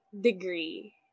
degree